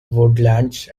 woodlands